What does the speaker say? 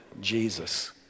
Jesus